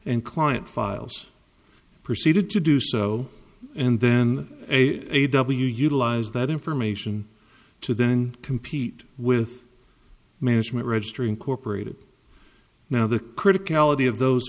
and client files proceeded to do so and then a a w utilize that information to then compete with management registry incorporated now the critic ality of those